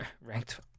ranked